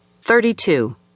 Thirty-two